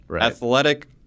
athletic